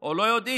או לא יודעים